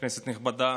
כנסת נכבדה,